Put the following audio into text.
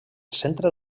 centre